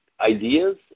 ideas